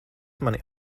mani